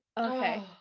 Okay